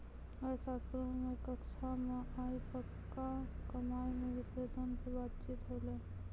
अर्थशास्त्रो के कक्षा मे आइ पक्का कमाय के विश्लेषण पे बातचीत होलै